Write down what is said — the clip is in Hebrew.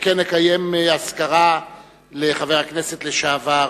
שכן נקיים אזכרה לחבר הכנסת לשעבר